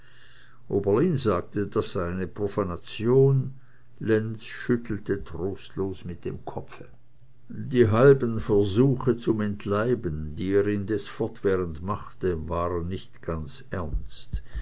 oberlin sagte dies sei eine profanation lenz schüttelte trostlos mit dem kopfe die halben versuche zum entleiben die er indes fortwährend machte waren nicht ganz ernst